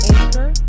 Anchor